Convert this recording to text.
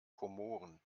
komoren